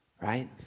right